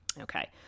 okay